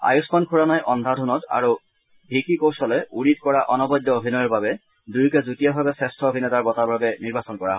আয়ুষ্মান খুৰানাই অন্ধাধনত আৰু ভিকি কৌশলে উৰিত কৰা অনবদ্য অভিনয়ৰ বাবে দুয়োকে যুটীয়াভাৱে শ্ৰেষ্ঠ অভিনেতাৰ বটাৰ বাবে নিৰ্বাচন কৰা হয়